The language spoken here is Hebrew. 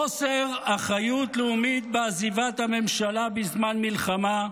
חוסר אחריות לאומית בעזיבת הממשלה בזמן מלחמה,